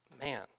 Man